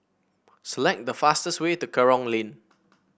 select the fastest way to Kerong Lane